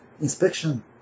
inspection